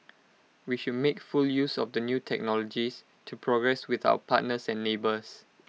we should make full use of the new technologies to progress with our partners and neighbours